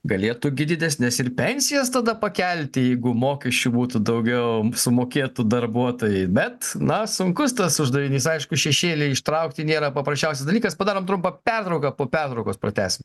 galėtų gi didesnes ir pensijas tada pakelti jeigu mokesčių būtų daugiau sumokėtų darbuotojai bet na sunkus tas uždavinys aišku šešėlį ištraukti nėra prasčiausias dalykas padarome trumpą pertrauką po pertraukos pratęsim